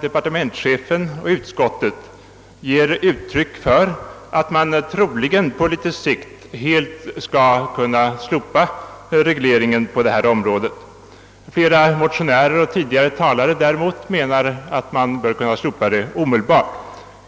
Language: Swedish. departementschefen och tredje lagutskottet ger alla uttryck för tanken att man troligen på litet sikt helt skall kunna slopa regleringen på detta område. Flera motionärer och tidigare talare menar däremot att man bör kungång genom att stanna vid den grad av na slopa den omedelbart.